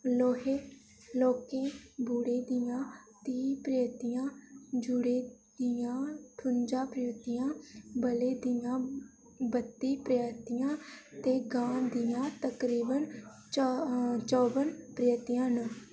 लौह्के बूह्टे दियां त्रीह् प्रजातियां झूड़ें दियां ठुंजां प्रजातियां बले दियां बत्ती प्रजातियां ते घाऽ दियां तकरीबन चौबन प्रजातियां न